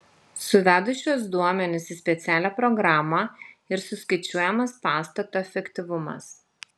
suvedus šiuos duomenis į specialią programą ir suskaičiuojamas pastato efektyvumas